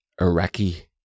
Iraqi